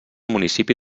municipi